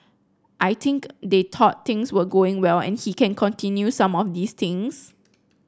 I think they thought things were going well and he can continue some of these things